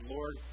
Lord